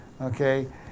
Okay